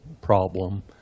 problem